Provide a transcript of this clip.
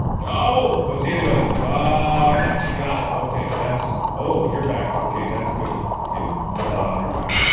no! don't see anybody ah catch got it okay yes oh you're back okay that's good okay you're fine